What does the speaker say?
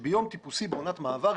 ביום טיפוסי בעונת מעבר,